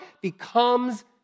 becomes